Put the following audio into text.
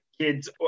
Kids